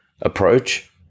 approach